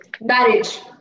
marriage